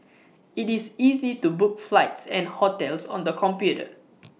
IT is easy to book flights and hotels on the computer